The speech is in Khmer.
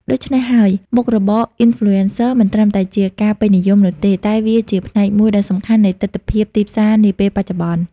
ដូច្នេះហើយ មុខរបរ Influencer មិនត្រឹមតែជាការពេញនិយមនោះទេ តែវាជាផ្នែកមួយដ៏សំខាន់នៃទិដ្ឋភាពទីផ្សារនាពេលបច្ចុប្បន្ន។